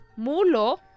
Mulo